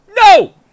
no